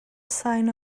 sign